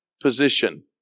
position